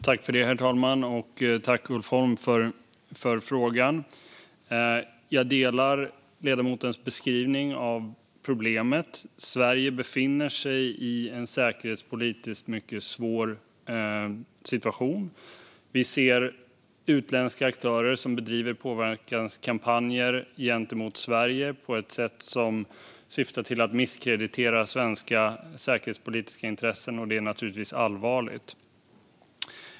Herr talman! Jag tackar Ulf Holm för frågan. Jag delar ledamotens beskrivning av problemet. Sverige befinner sig i en säkerhetspolitiskt mycket svår situation. Vi ser utländska aktörer som bedriver påverkanskampanjer gentemot Sverige på ett sätt som syftar till att misskreditera svenska säkerhetspolitiska intressen, och det är naturligtvis allvarligt.